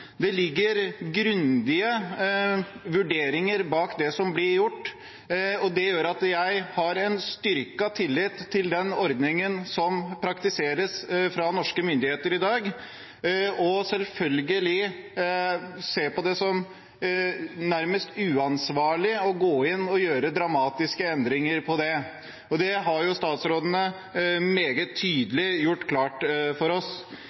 Det ligger grundige vurderinger bak det som blir gjort. Det gjør at jeg har en styrket tillit til den ordningen som praktiseres av norske myndigheter i dag, og selvfølgelig ser det som nærmest uansvarlig å gå inn og gjøre dramatiske endringer i den. Det har statsrådene meget tydelig gjort klart for oss.